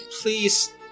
Please